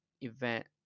event